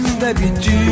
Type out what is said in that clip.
d'habitude